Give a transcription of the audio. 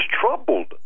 troubled